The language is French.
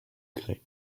grès